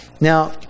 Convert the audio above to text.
Now